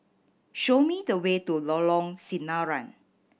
show me the way to Lorong Sinaran